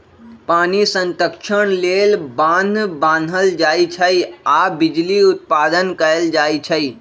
पानी संतक्षण लेल बान्ह बान्हल जाइ छइ आऽ बिजली उत्पादन कएल जाइ छइ